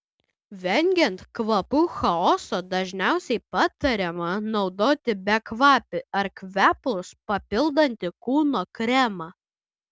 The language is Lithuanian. vengiant kvapų chaoso dažniausiai patariama naudoti bekvapį ar kvepalus papildantį kūno kremą